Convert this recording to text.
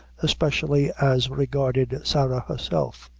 especially as regarded sarah herself.